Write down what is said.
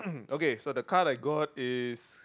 okay so the car like god is